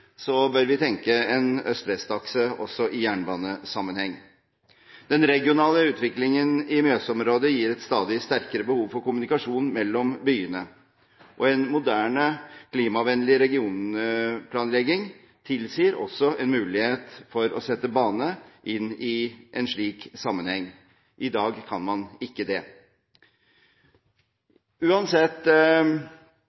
bør vi tenke en øst–vest-akse også i jernbanesammenheng. Den regionale utviklingen i Mjøsområdet fører til et stadig sterkere behov for kommunikasjon mellom byene. En moderne, klimavennlig regionplanlegging tilsier også en mulighet for å sette bane inn i en slik sammenheng. I dag kan man ikke det.